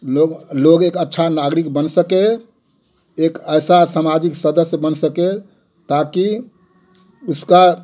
लोग लोग एक अच्छा नागरिक बन सके एक ऐसा सामाजिक सदस्य बन सके ताकि उसका